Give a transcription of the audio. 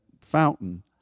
fountain